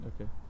Okay